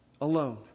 alone